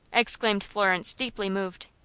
exclaimed florence, deeply moved.